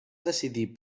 decidir